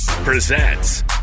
Presents